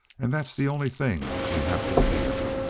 and that's the only thing we have to fear.